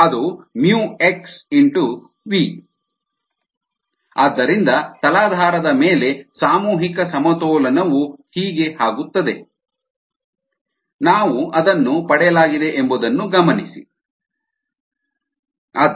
ಅದು μx V rateofsubstrateconsumptionrateofcellproductionYxSμxVYxS ಆದ್ದರಿಂದ ತಲಾಧಾರದ ಮೇಲೆ ಸಾಮೂಹಿಕ ಸಮತೋಲನವು ಹೀಗೆ ಆಗುತ್ತದೆ FSi FS μxVYxS0 ನಾವು ಅದನ್ನು ಪಡೆಯಲಾಗಿದೆ ಎಂಬುದನ್ನು ಗಮನಿಸಿ Fi F0 F